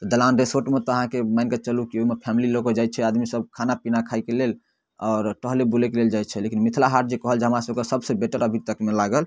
दलान रिसॉर्टमे तऽ अहाँके मानिके चलु कि ओइमे फैमिली लअ कऽ जाइ छै आदमी सब खाना पीना खाइके लेल आओर टहलै बुलैके लेल जाइ छै लेकिन मिथिला हाट जे कहल जाइ हमरा सबके सबसँ बेटर अभी तकमे लागल